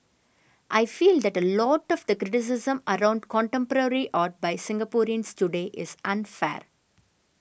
I feel that a lot of the criticism around contemporary art by Singaporeans today is unfair